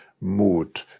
mood